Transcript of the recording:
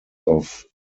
off